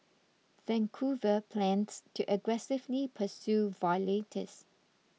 Vancouver plans to aggressively pursue violators